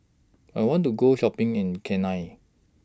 I want to Go Shopping in Cayenne